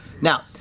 Now